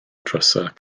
drysau